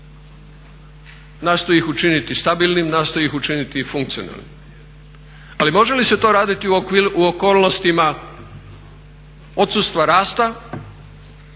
nastoji ih učiniti stabilnim, nastoji ih učiniti funkcionalnim. Ali može se to raditi u okolnostima odsustva rasta